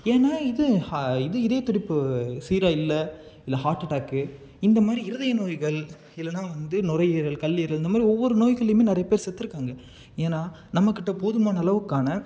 ஏன்னா இது ஹா இது இதய துடிப்பு சீராக இல்லை இல்லை ஹார்ட் அட்டாக்கு இந்த மாதிரி இருதய நோய்கள் இல்லைனா வந்து நுரையீரல் கல்லீரல் இந்த மாதிரி ஒவ்வொரு நோய்கள்லையும் நிறைய பேர் செத்துருக்காங்க ஏன்னா நம்ம கிட்ட போதுமான அளவுக்கான